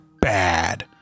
bad